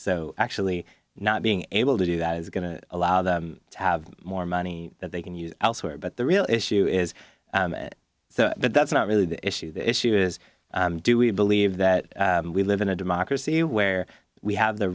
so actually not being able to do that is going to allow them to have more money that they can use elsewhere but the real issue is that that's not really the issue the issue is do we believe that we live in a democracy where we have the